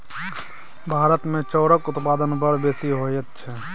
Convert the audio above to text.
भारतमे चाउरक उत्पादन बड़ बेसी होइत छै